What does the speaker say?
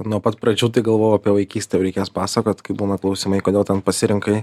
nuo pat pradžių tai galvojau apie vaikystę reikės pasakot kaip būna klausimai kodėl ten pasirinkai